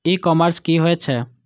ई commerce की होए छै?